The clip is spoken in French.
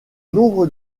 nombre